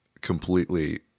completely